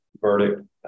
verdict